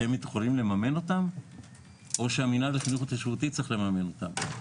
אתם יכולים לממן אותם או שהמנהל לחינוך התיישבותי צריך לממן אותם?